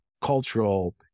cultural